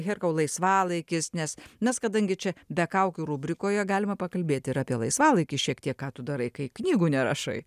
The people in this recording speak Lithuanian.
herkau laisvalaikis nes nes kadangi čia be kaukių rubrikoje galima pakalbėti ir apie laisvalaikį šiek tiek ką tu darai kai knygų nerašai